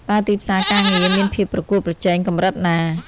តើទីផ្សារការងារមានភាពប្រកួតប្រជែងកម្រិតណា?